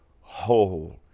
whole